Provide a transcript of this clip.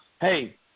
Hey